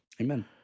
Amen